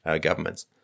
governments